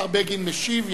השר בגין משיב,